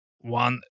one